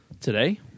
today